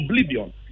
oblivion